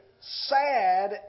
sad